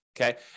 Okay